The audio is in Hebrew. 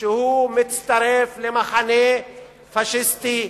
שהוא מצטרף למחנה פאשיסטי,